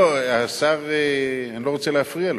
אני לא רוצה להפריע לשר.